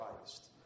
Christ